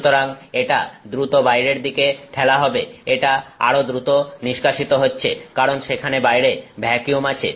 সুতরাং এটা দ্রুত বাইরের দিকে ঠেলা হবে এটা আরও দ্রুত নিষ্কাশিত হচ্ছে কারণ সেখানে বাইরে ভ্যাকিউম আছে